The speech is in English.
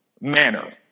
manner